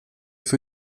für